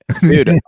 dude